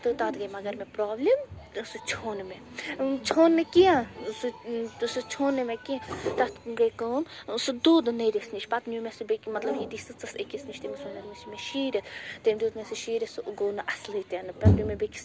تہٕ تَتھ گٔے مگر مےٚ پرٛابلِم ٲں سُہ ژھیٛون مےٚ ژھیٛون نہٕ کیٚنٛہہ سُہ ٲں سُہ ژھیٛون نہٕ مےٚ کیٚنٛہہ تَتھ گٔے کٲم سُہ دوٚد نٔرِس نِش پَتہٕ نیٛو مےٚ سُہ بیٚکہِ مَطلب ییٚتی سٕژس أکِس نِش تٔمِس ووٚنم مےٚ دۄپمَس یہِ دِ مےٚ شیٖرِتھ تٔمۍ دیٛت مےٚ سُہ شیٖرتھ سُہ گوٚو نہٕ اَصلٕے تہِ نہٕ پَتہٕ دیٛت پیٛو مےٚ بیٚیِس